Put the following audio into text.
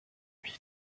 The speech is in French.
nuit